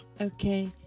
Okay